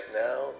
now